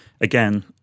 Again